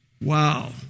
Wow